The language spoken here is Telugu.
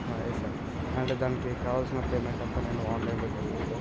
ఎస్ సార్ అండ్ దానికి కావాల్సిన పేమెంట్ అంతా నేను ఆన్లైన్లో చేస్తాను సార్